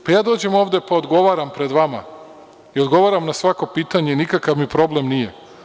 Ja dođem ovde, pa odgovaram pred vama i odgovaram na svako pitanje, nikakav mi problem nije.